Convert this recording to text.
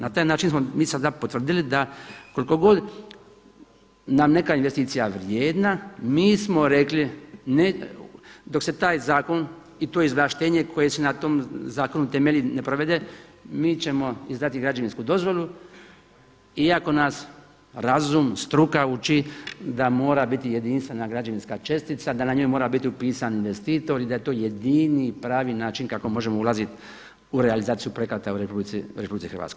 Na taj način smo mi sada potvrdili da koliko god nam je neka investicija vrijedna, mi smo rekli dok se taj zakon i to izvlaštenje koje se na tom zakonu ne provede mi ćemo izdati građevinsku dozvolu iako nas razum, struka uči da mora biti jedinstvena građevinska čestica, da na njoj mora biti upisa investitor i da je to jedini pravi način kako možemo ulaziti u realizaciju projekata u RH.